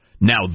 Now